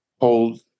hold